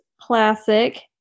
classic